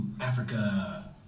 Africa